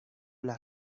las